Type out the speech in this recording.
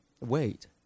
wait